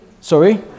Sorry